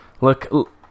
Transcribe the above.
Look